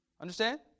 Understand